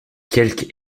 quelque